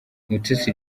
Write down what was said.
mutesi